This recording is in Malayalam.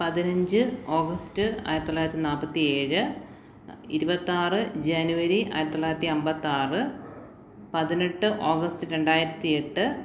പതിനഞ്ച് ഓഗസ്റ്റ് ആയിരത്തിത്തൊള്ളായിരത്തി നാല്പത്തി ഏഴ് ഇരുപത്തിയാറ് ജനുവരി ആയിരത്തിത്തൊള്ളായിരത്തി അന്പത്തിയാറ് പതിനെട്ട് ഓഗസ്റ്റ് രണ്ടായിരത്തി എട്ട്